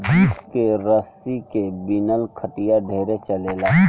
jute के रसरी के बिनल खटिया ढेरे चलेला